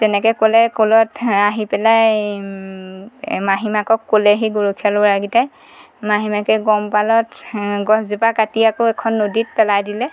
তেনেকৈ ক'লে ক'লত আহি পেলাই মাহীমাকক ক'লেহি গৰখীয়া ল'ৰা কেইটাই মাহীমাকে গম পালত গছজোপা কাটি আকৌ এখন নদীত পেলাই দিলে